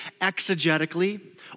exegetically